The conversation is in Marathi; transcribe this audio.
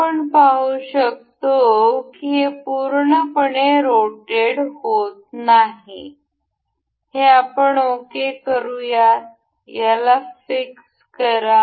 आपण हे पाहू शकतो की हे पूर्णपणे रोटेट होत नाही हे आपण ओके करू या याला फिक्स करा